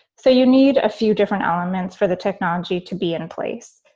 so you need a few different elements for the technology to be in place.